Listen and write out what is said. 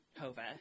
Hova